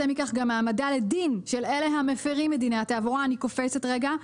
מכך גם העמדה לדין של אלה המפירים את דיני התעבורה." אני קופצת רגע.